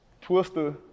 Twister